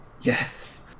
yes